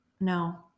no